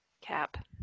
cap